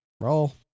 Roll